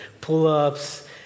pull-ups